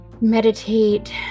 meditate